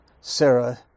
Sarah